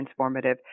transformative